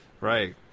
Right